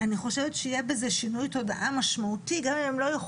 דרישה לשינוי פוליטי, משהו שלא היה